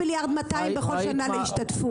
-- 2.2 מיליארד בכל שנה להשתתפות.